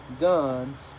guns